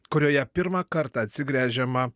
kurioje pirmą kartą atsigręžiama